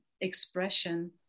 expression